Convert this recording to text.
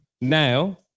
Now